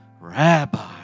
Rabbi